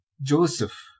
Joseph